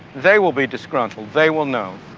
they will be disgruntled, they will know.